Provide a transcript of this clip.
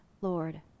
Lord